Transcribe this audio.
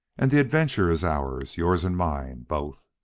and the adventure is ours yours and mine, both.